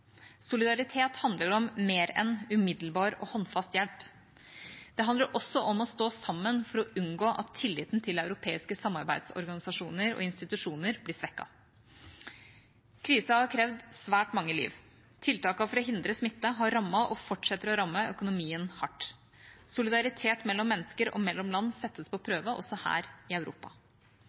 Solidaritet handler om mer enn umiddelbar og håndfast hjelp. Det handler også om å stå sammen for å unngå at tilliten til europeiske samarbeidsorganisasjoner og -institusjoner blir svekket. Krisen har krevd svært mange liv. Tiltakene for å hindre smitte har rammet og fortsetter å ramme økonomien hardt. Solidaritet mellom mennesker og mellom land settes på prøve, også her i Europa.